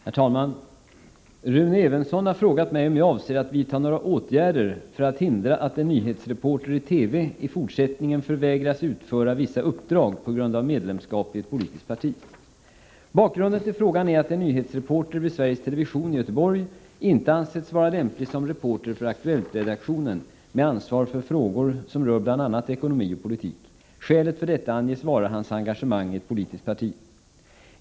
Herr talman! Rune Evensson har frågat mig om jag avser att vidta några åtgärder för att hindra att en nyhetsreporter i TV i fortsättningen förvägras utföra vissa uppdrag på grund av medlemskap i ett politiskt parti. Bakgrunden till frågan är att en nyhetsreporter vid Sveriges Television i Göteborg inte ansetts vara lämplig som reporter för Aktuellt-redaktionen, med ansvar för frågor som rör bl.a. ekonomi och politik. Skälet för detta anges vara hans engagemang i ett politiskt parti.